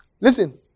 Listen